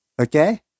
Okay